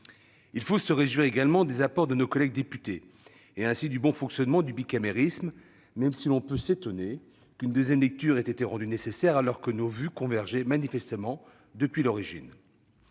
Il faut se réjouir aussi des apports de nos collègues députés et ainsi du bon fonctionnement du bicamérisme, même si l'on peut s'étonner qu'une deuxième lecture ait été rendue nécessaire, alors que nos vues convergeaient manifestement depuis l'origine.